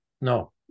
no